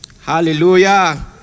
Hallelujah